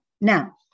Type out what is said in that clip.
Now